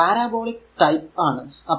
അതൊരു parabolic type ആണ്